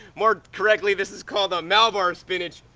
more correctly, this is called um malobar spinach.